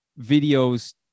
videos